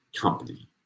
company